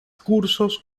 cursos